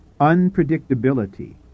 unpredictability